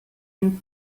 and